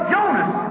Jonas